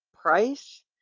price